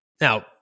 Now